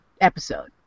episode